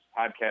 podcast